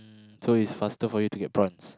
mm so it's faster for you to get prawns